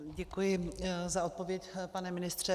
Děkuji za odpověď, pane ministře.